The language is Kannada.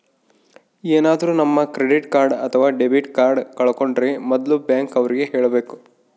ಏನಾದ್ರೂ ನಮ್ ಕ್ರೆಡಿಟ್ ಕಾರ್ಡ್ ಅಥವಾ ಡೆಬಿಟ್ ಕಾರ್ಡ್ ಕಳ್ಕೊಂಡ್ರೆ ಮೊದ್ಲು ಬ್ಯಾಂಕ್ ಅವ್ರಿಗೆ ಹೇಳ್ಬೇಕು